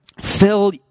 fill